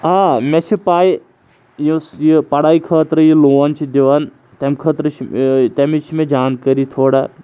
آ مےٚ چھِ پاے یُس یہِ پَڑٲے خٲطرٕ یہِ لون چھِ دِوان تَمہِ خٲطرٕ چھِ تَمِچ چھِ مےٚ جانکٲری تھوڑا